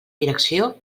direcció